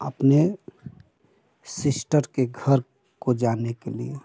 अपने सिस्टर के घर को जाने के लिए